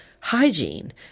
hygiene